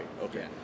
Okay